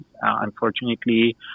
Unfortunately